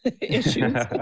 issues